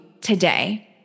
today